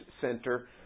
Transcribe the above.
center